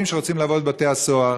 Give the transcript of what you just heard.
לעבוד בבתי-הסוהר,